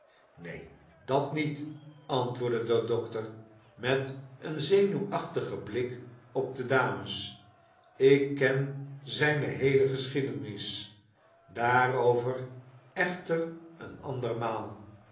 neen dat niet antwoordde de dokter met een zenuwachtigen blik op de dames ik ken zijne geheele geschiedenis daarover echter een andermaal